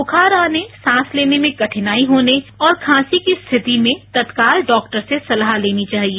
बुखार आने सांस लने में कठिनाई होने और खांसी की स्थिति में तत्काल डॉक्टर से सलाह लेनी चाहिए